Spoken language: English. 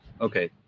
Okay